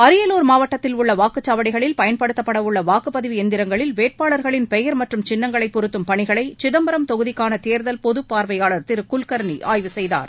அரியலூர் மாவட்டத்தில் உள்ள வாக்குச்சாவடிகளில் பயன்படுத்தப்பட உள்ள வாக்குப்பதிவு எந்திரங்களில் வேட்பாளர்களின் பெயர் மற்றும் சின்னங்களை பொருத்தும் பணிகளை சிதம்பரம் தொகுதிக்கான தேர்தல் பொது பார்வையாளர் திரு குல்கர்னி ஆய்வு செய்தார்